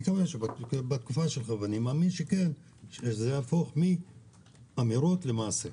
אני מקווה שבתקופה שלך זה יהפוך מאמירות למעשה.